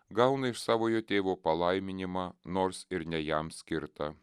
gauna iš savojo tėvo palaiminimą nors ir ne jam skirtą